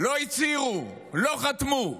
לא הצהירו, לא חתמו,